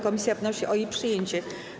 Komisja wnosi o jej przyjęcie.